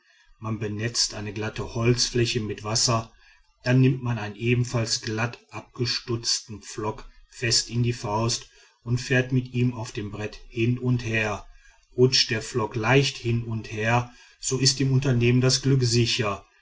man benetzt eine glatte holzfläche mit wasser dann nimmt man einen ebenfalls glatt abgestutzten pflock fest in die faust und fährt mit ihm auf dem brett hin und her rutscht der pflock leicht hin und her so ist dem unternehmen das glück sicher